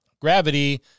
Gravity